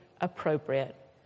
appropriate